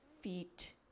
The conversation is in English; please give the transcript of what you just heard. feet